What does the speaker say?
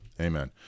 Amen